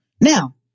Now